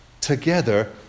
together